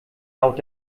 laut